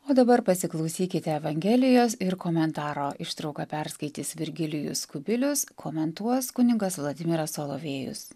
o dabar pasiklausykite evangelijos ir komentaro ištrauką perskaitys virgilijus kubilius komentuos kunigas vladimiras solovėjus